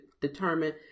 determine